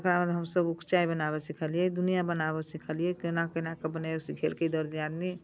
तकर बाद हमसब ओ चाय बनाबऽ सीखलियै दुनिया बनाबऽ सीखलियै केना केना के बनैब सीखेलकै दर दियादनी